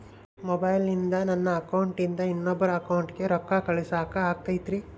ಮೊಬೈಲಿಂದ ನನ್ನ ಅಕೌಂಟಿಂದ ಇನ್ನೊಬ್ಬರ ಅಕೌಂಟಿಗೆ ರೊಕ್ಕ ಕಳಸಾಕ ಆಗ್ತೈತ್ರಿ?